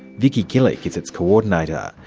vicki gillick is its coordinator.